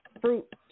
fruit